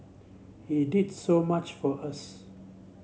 he did so much for us